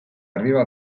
arriba